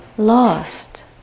lost